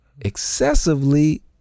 excessively